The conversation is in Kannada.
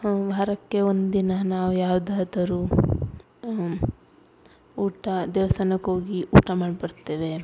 ವಾರಕ್ಕೆ ಒಂದು ದಿನ ನಾವು ಯಾವುದಾದರು ಊಟ ದೇವ್ಸ್ತಾನಕ್ಕೆ ಹೋಗಿ ಊಟ ಮಾಡಿ ಬರ್ತೇವೆ